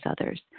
others